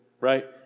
Right